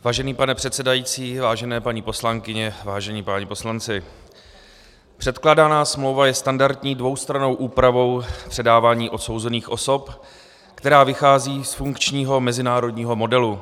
Vážený pane předsedající, vážené paní poslankyně, vážení páni poslanci, předkládaná smlouva je standardní dvoustrannou úpravou předávání odsouzených osob, která vychází z funkčního mezinárodního modelu.